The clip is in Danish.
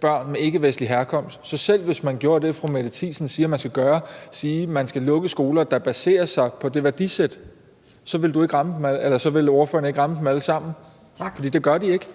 børn med ikkevestlig herkomst. Så selv hvis man gjorde det, fru Mette Thiesen siger man skal gøre, altså sige, at man skal lukke skoler, der baserer sig på det værdisæt, så vil man ikke ramme dem alle sammen. For det gør de ikke.